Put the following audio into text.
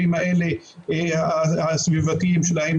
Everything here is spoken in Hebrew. הסביבתיים שלהם,